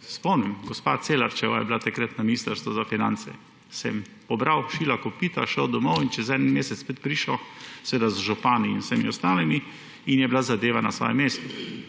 Se spomnim, gospa Celarc je bila takrat na Ministrstvu za finance, sem pobral šila in kopita, šel domov in čez en mesec spet prišel, seveda z župani in vsemi ostalimi; in je bila zadeva na svojem mestu.